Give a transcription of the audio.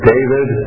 David